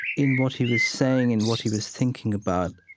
in what he was saying and what he was thinking about,